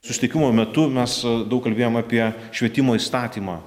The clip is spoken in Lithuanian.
susitikimo metu mes daug kalbėjom apie švietimo įstatymą